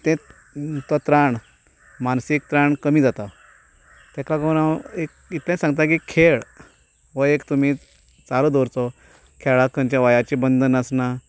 तो ताण मानसीक ताण कमी जाता ताका लागून हांव एक इतलें सांगतां की खेळ हो एक तुमी चालू दवरचो खेळाक खंयच्या वयाचें बंदन आसना